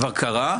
בקרה.